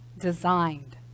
designed